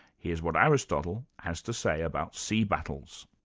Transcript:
here's what aristotle has to say about sea battles.